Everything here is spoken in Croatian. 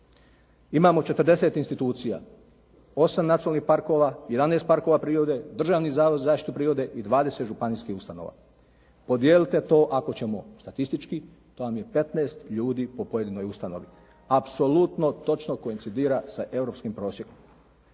Imamo 40 institucija, 8 nacionalnih parkova, 11 parkova prirode, Državni zavod za zaštitu prirode i 20 županijskih ustanova. Podijelite to ako ćemo statistički to vam je 15 ljudi po pojedinoj ustanovi. Apsolutno točno koincidira sa europskim prosjekom.